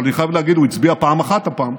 אבל אני חייב להגיד שהוא הצביע פעם אחת הפעם,